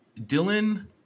Dylan